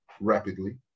rapidly